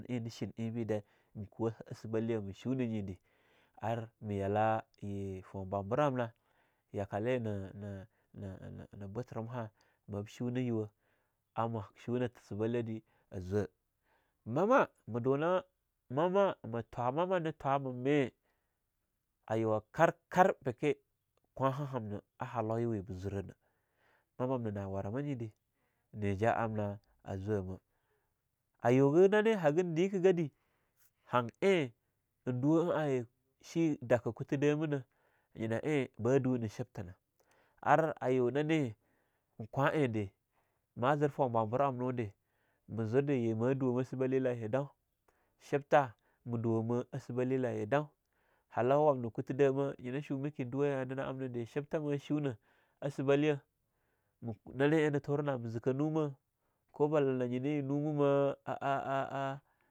Eing na shin ein be dei, ma kuwa a sibalye, ma shuna nye da ar ma yala yi foun bwabura amna yakaie na-na-nah buturimha mab shunah yuwa, ahma shunah sibalyadeh a zwa, mahmah ma duna mahmah ma twah mama ne twahmah me a yuwah karkar beke kwanha hamna a halloyawe ba zurah nah mahmah mamna na warah manyide, ni ja'a am na a zwama. A yuga nane hagan dike gadee, han eing nduwa ayi han shi dakah kutha dama na nyina eing ba du na shibthana ar ayunah ne eing kwahendei mazir foun bwabur amno de, ma zir de ye ma duwa sibalya laye dau, shibtha ma duwah ma a sibelyah laye dau, halau wamna kuta damah yina shubike eing nduwa eing nane amna dei shibtah ma shuna a sibalyah ma nane eing naturana ma zikah numa ko bala na nyina ye numa ma a-a-a-a [repeatition].